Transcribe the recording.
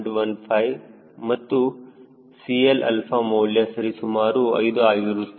15 ಮತ್ತು 𝐶Lα ಮೌಲ್ಯ ಸರಿಸುಮಾರು 5 ಆಗಿರುತ್ತದೆ